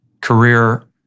career